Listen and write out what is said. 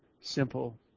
simple